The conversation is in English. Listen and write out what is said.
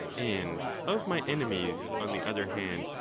and of my enemies, on the other hand,